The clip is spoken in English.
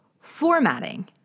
formatting